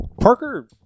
Parker